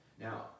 Now